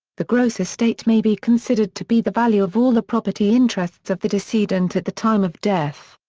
the gross estate may be considered to be the value of all the property interests of the decedent at the time of death.